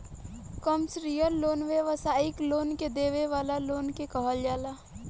commercial loan व्यावसायिक लोग के देवे वाला लोन के कहल जाला